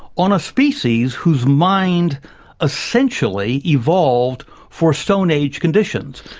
on a species whose mind essentially evolved for stone age conditions,